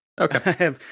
Okay